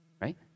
right